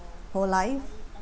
whole life